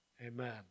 amen